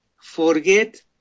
forget